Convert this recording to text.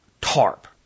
tarp